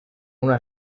una